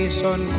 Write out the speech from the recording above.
son